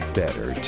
better